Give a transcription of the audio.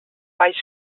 baix